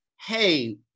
hey